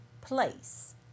place